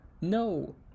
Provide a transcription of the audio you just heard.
no